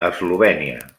eslovènia